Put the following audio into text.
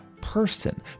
person